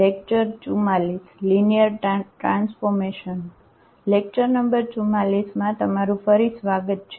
lecture number 44માં તમારું ફરી સ્વાગત છે